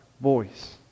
voice